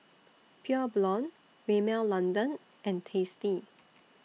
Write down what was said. Pure Blonde Rimmel London and tasty